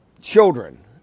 children